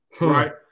right